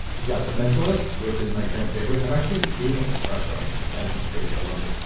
we've got the mentalist, which is my current favorite. i'm actually doing it in espresso, and it just drives me crazy, i love it.